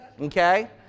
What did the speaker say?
Okay